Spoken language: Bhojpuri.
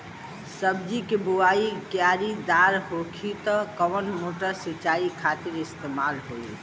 सब्जी के बोवाई क्यारी दार होखि त कवन मोटर सिंचाई खातिर इस्तेमाल होई?